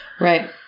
Right